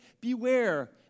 Beware